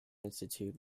institute